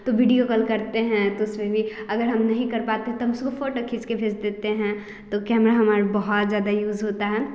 तो video call करते हैं तो उसमें भी अगर हम नहीं कर पाते हैं तो हम उसकी फोटो खींचकर भेज देते हैं तो कैमरा हमारे बहुत ज़्यादा यूज़ होता है